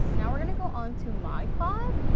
now we're gonna go on to modcloth.